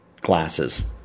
glasses